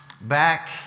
back